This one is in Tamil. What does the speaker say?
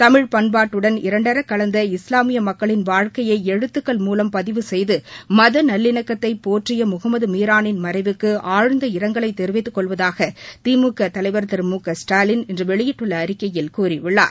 தமிழ் பண்பாட்டுடன் இரண்டரக்கலந்த இஸ்லாமிய மக்களின் வாழ்க்கையை எழுத்துக்கள் மூலம் பதிவு செய்து மத நல்லிணக்கத்தைப் போற்றிய முகமது மீரானின் மறைவுக்கு ஆழ்ந்த இரங்கலை தெரிவித்துக் கொள்வதாக திமுக தலைவர் திரு மு க ஸ்டாலின் இன்று வெளியிட்டுள்ள அறிக்கையில் கூறியுள்ளார்